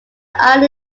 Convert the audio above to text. island